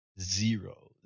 zero